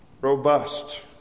robust